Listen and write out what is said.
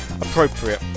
appropriate